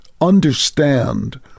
understand